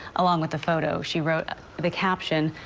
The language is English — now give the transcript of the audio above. along with the photo, she wrote ah the the caption,